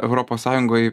europos sąjungoje